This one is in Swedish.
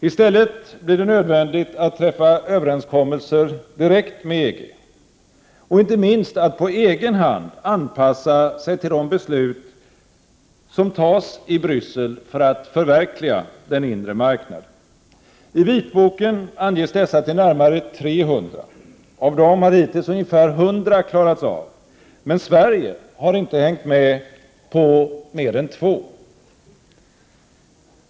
I stället blir det nödvändigt att träffa överenskommelser direkt med EG och inte minst att på egen hand anpassa sig till de beslut som fattas i Bryssel för att förverkliga den inre marknaden. I vitboken anges dessa till närmare 300. Av dem har hittills ungefär 100 klarats av, men Sverige har inte hängt med mer än på två.